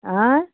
हाँ